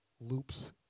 loops